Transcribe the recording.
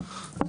---.